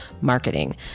marketing